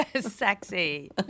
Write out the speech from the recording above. sexy